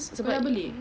kau dah beli